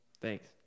Thanks